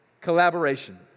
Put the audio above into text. collaboration